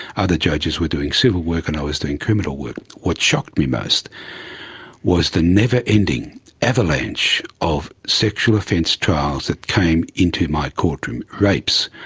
other judges were doing civil work and i was doing criminal work. what shocked me most was the never-ending avalanche of sexual offence trials that came into my courtroom rapes,